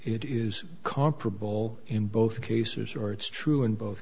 it is comparable in both cases or it's true in both